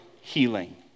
healing